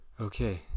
okay